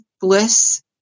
bliss